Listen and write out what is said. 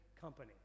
company